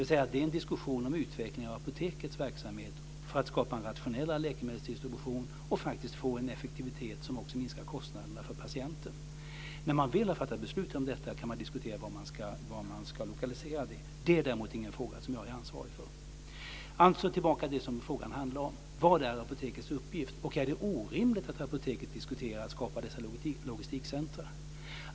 Det är alltså en diskussion om utvecklingen av Apotekets verksamhet för att skapa en rationellare läkemedelsdistribution och få en effektivitet som också minskar kostnaderna för patienten. När man väl har fattat beslut om detta kan man diskutera var man ska lokalisera det. Det är däremot inte en fråga som jag är ansvarig för. Tillbaka till det som frågan handlar om: Vad är Apotekets uppgift? Är det orimligt att Apoteket diskuterar att skapa dessa logistikcentrum?